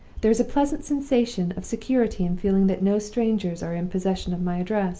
there is a pleasant sensation of security in feeling that no strangers are in possession of my address.